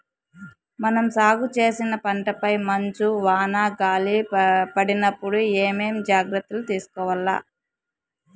మనం సాగు చేసిన పంటపై మంచు, వాన, గాలి పడినప్పుడు ఏమేం జాగ్రత్తలు తీసుకోవల్ల?